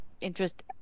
interest